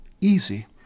easy